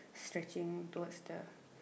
stretching towards the